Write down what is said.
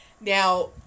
Now